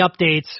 updates